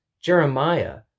Jeremiah